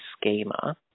schema